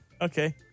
Okay